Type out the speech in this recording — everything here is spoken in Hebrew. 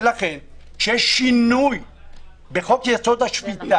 לכן שינוי בחוק יסוד: השפיטה,